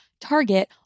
Target